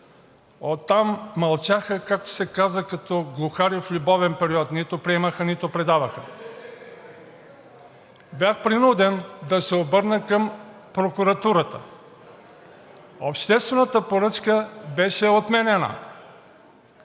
Оттам мълчаха, както се казва, като глухари в любовен период – нито приемаха, нито предаваха. Бях принуден да се обърна към прокуратурата. Обществената поръчка беше отменена.